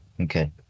Okay